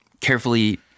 carefully